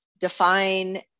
define